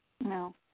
No